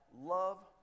love